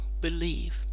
believe